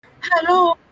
Hello